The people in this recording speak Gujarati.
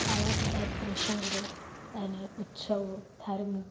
આવા બધા પ્રસંગો અને ઉત્સવો ધાર્મિક